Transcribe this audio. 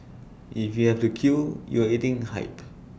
if you have to queue you are eating hype